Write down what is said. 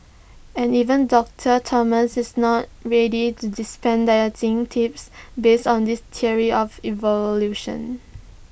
and even doctor Thomas is not ready to dispense dieting tips based on this theory of evolution